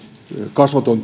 kasvoton